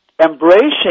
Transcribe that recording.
embracing